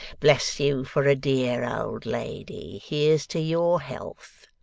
bless you for a dear old lady. here's to your health